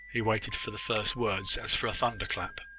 he waited for the first words as for a thunderclap.